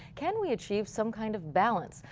can we achieve some kind of balance?